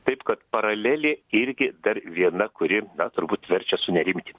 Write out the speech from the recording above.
taip kad paralelė irgi dar viena kuri na turbūt verčia sunerimti